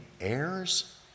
heirs